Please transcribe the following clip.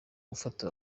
gufata